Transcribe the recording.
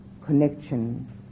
connection